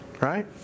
Right